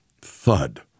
Thud